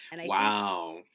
Wow